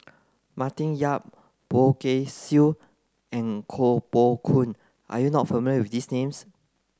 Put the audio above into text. Martin Yan Poh Kay Swee and Koh Poh Koon are you not familiar with these names